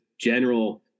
general